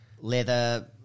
leather